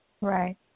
Right